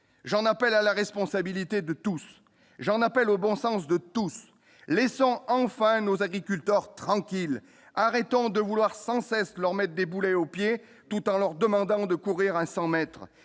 j'en appelle à la responsabilité de tous, j'en appelle au bon sens de tous les sens, enfin nos agriculteurs tranquille, arrêtons de vouloir sans cesse leur maîtres des boulets aux pieds, tout en leur demandant de courir un 100 mètres